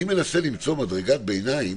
אני מנסה למצוא מדרגת ביניים